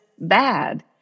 bad